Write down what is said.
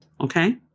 Okay